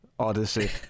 Odyssey